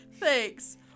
Thanks